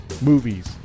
movies